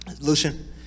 Lucian